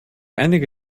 einige